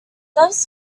doves